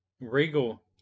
Regal